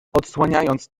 odsłaniając